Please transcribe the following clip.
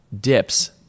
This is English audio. dips